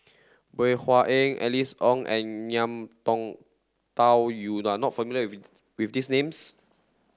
Bey Hua Heng Alice Ong and Ngiam Tong Dow you are not familiar with with these names